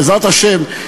בעזרת השם,